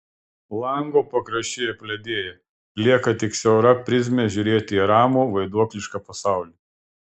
lango pakraščiai apledėja lieka tik siaura prizmė žiūrėti į ramų vaiduoklišką pasaulį